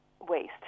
waste